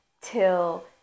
till